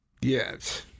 Yes